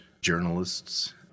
journalists